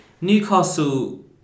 Newcastle